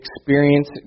experience